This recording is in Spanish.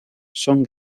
son